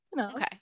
okay